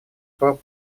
форм